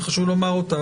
וחשוב לומר אותה,